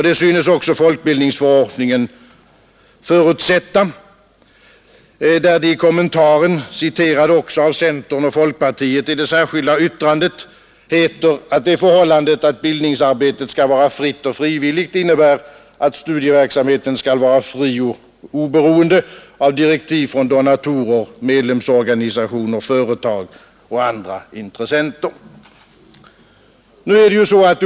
Det synes också folkbildningsförordningen förutsätta, där det i kommentaren, citerad också av centern och folkpartiet i det särskilda yttrandet, heter att det förhållandet att bildningsarbetet skall vara fritt och frivilligt innebär att studieverksamheten skall vara fri och oberoende av direktiv från donatorer, medlemsorganisationer, företag och andra intressenter.